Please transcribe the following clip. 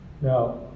now